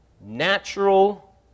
natural